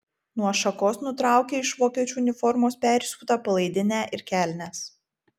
nuo šakos nutraukia iš vokiečių uniformos persiūtą palaidinę ir kelnes